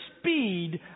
speed